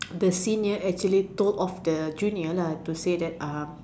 the senior actually told off the junior lah to say that um